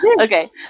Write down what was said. Okay